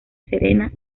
serena